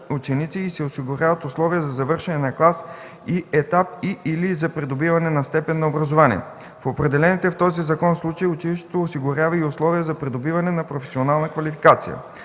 ученици и се осигуряват условия за завършване на клас и етап и/или за придобиване на степен на образование. В определените в този закон случаи училището осигурява и условия за придобиване на професионална квалификация.